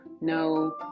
no